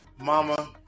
Mama